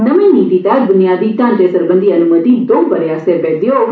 नमीं नीति तैह्त बुनियादी ढांचे सरबंधी अनुमति दौं बंरे आस्तै वैघ होग